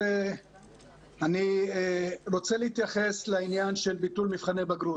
אני רוצה להתייחס לעניין של ביטול מבחני בגרות.